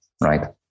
right